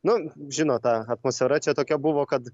nu žinot ta atmosfera čia tokia buvo kad